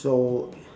so